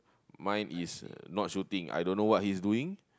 mine is not shooting I don't know what his doing